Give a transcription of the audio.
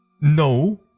No